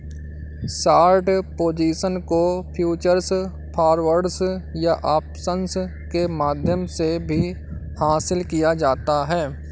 short position को futures, forwards या options के माध्यम से भी हासिल किया जाता है